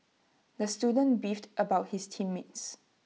the student beefed about his team mates